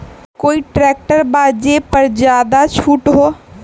कोइ ट्रैक्टर बा जे पर ज्यादा छूट हो?